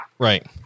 Right